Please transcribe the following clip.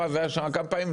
והייתי שם כמה פעמים,